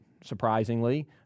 surprisingly